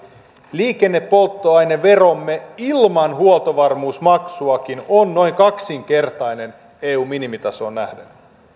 liikennepolttoaineveromme ilman huoltovarmuusmaksuakin on noin kaksinkertainen eun minimitasoon nähden